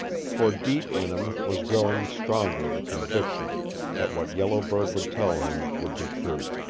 for deep in him was growing stronger the conviction that what yellow bird would tell him would be true.